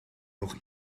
noch